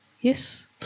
Yes